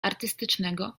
artystycznego